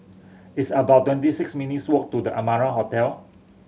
it's about twenty six minutes' walk to The Amara Hotel